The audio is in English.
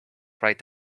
write